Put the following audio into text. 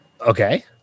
Okay